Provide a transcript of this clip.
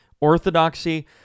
orthodoxy